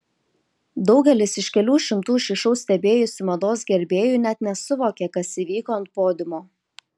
daugelis iš kelių šimtų šį šou stebėjusių mados gerbėjų net nesuvokė kas įvyko ant podiumo